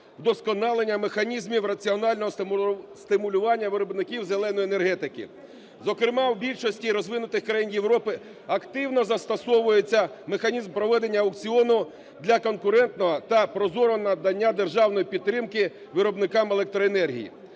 вдосконалення механізмів раціонального стимулювання виробників "зеленої" енергетики. Зокрема, у більшості розвинутих країн Європи активно застосовується механізм проведення аукціону для конкурентного та прозорого надання державної підтримки виробникам електроенергії.